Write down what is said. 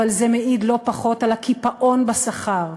אבל זה מעיד לא פחות על הקיפאון בשכר,